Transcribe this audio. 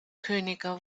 könige